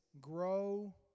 grow